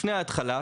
לפני ההתחלה,